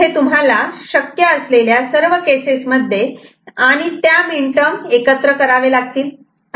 इथे तुम्हाला शक्य असलेल्या सर्व केसेस मध्ये आणि त्या मिन टर्म तुम्हाला एकत्र करावे लागतील